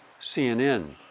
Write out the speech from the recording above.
CNN